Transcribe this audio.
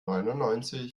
neunundneunzig